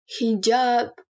hijab